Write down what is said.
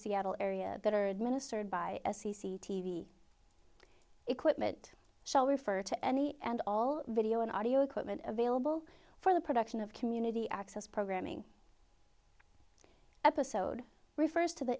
seattle area that are administered by a c c t v equipment shall refer to any and all video and audio equipment available for the production of community access programming episode refers to the